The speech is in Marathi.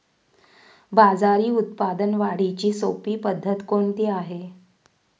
बाजरी उत्पादन वाढीची सोपी पद्धत कोणती आहे?